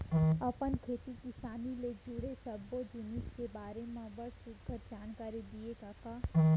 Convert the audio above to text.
अपन खेती किसानी ले जुड़े सब्बो जिनिस के बारे म बड़ सुग्घर जानकारी दिए कका